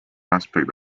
aspect